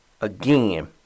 again